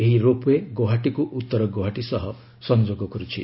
ଏହି ropeway ଗୌହାଟୀକୁ ଉତ୍ତର ଗୌହାଟୀ ସହ ସଂଯୋଗ କରୁଛି